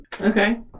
Okay